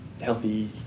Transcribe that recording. healthy